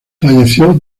falleció